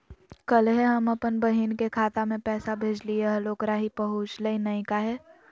कल्हे हम अपन बहिन के खाता में पैसा भेजलिए हल, ओकरा ही पहुँचलई नई काहे?